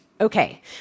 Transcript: Okay